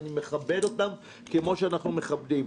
אני מכבד אותן כמו שאנחנו מכבדים.